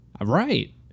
right